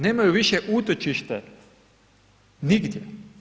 Nemaju više utočište nigdje.